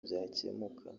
byakemuka